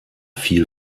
viel